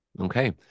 Okay